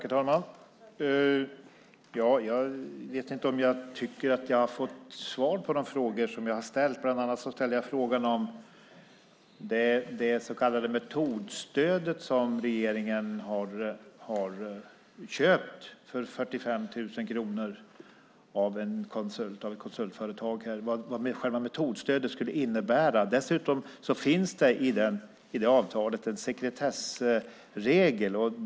Herr talman! Jag vet inte om jag tycker att jag har fått svar på de frågor som jag har ställt. Bland annat ställde jag frågan om vad det så kallade metodstödet skulle innebära som regeringen har köpt för 45 000 kronor av ett konsultföretag. Dessutom finns det i det avtalet en sekretessregel.